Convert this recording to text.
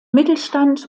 mittelstand